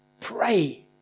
pray